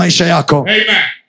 Amen